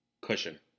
cushion